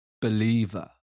Believer